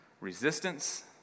Resistance